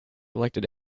elected